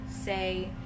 say